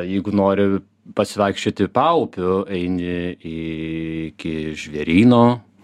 jeigu nori pasivaikščioti paupiu eini iki žvėryno